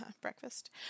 breakfast